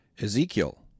Ezekiel